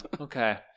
Okay